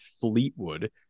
fleetwood